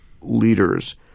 leaders